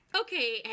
okay